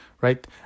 right